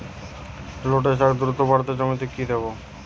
লটে শাখ দ্রুত বাড়াতে জমিতে কি দেবো?